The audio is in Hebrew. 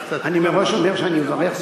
אני מראש אומר שאני מברך,